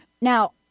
Now